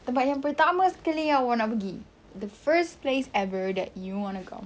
tempat yang pertama sekali yang awak nak pergi the first place ever that you want to go